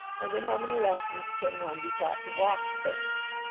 and in how many lessons can one be taught to walk spanish?